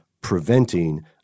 preventing –